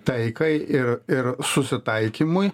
taikai ir ir susitaikymui